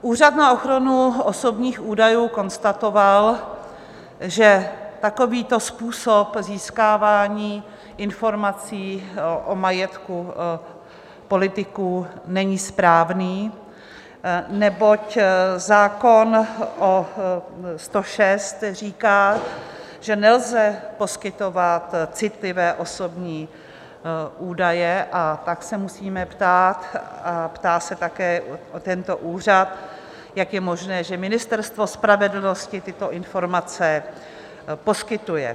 Úřad na ochranu osobních údajů konstatoval, že takovýto způsob získávání informací o majetku politiků není správný, neboť zákon 106 říká, že nelze poskytovat citlivé osobní údaje, a tak se musíme ptát a ptá se také tento úřad, jak je možné, že Ministerstvo spravedlnosti tyto informace poskytuje.